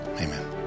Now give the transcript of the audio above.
Amen